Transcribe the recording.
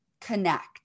connect